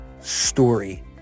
story